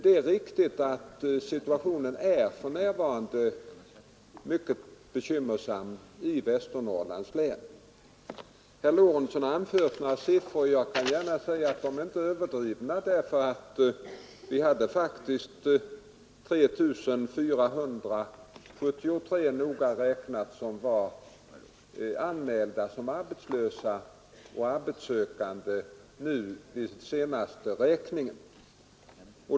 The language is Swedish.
Det är riktigt att situationen i Västernorrland för närvarande är mycket bekymmersam, Herr Lorentzon har i interpellationen anfört några siffror, och jag kan gärna säga att de inte är överdrivna. Vi hade noga räknat 3 473 anmälda arbetslösa vid den senaste räkningen.